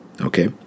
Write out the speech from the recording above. okay